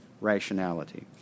rationality